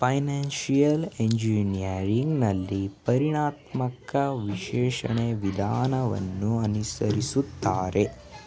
financial engineering ನಲ್ಲಿ ಪರಿಣಾಮಾತ್ಮಕ ವಿಶ್ಲೇಷಣೆ ವಿಧಾನವನ್ನು ಅನುಸರಿಸುತ್ತಾರೆ